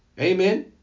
Amen